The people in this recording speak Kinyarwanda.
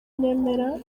nemera